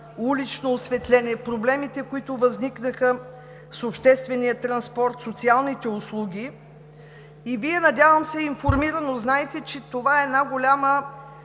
уличното осветление, проблемите, които възникнаха с обществения транспорт, социалните услуги. Вие, надявам се, информирано знаете, че голяма